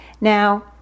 Now